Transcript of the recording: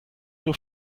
nur